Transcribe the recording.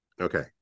okay